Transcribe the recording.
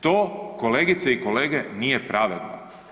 To, kolegice i kolege, nije pravedno.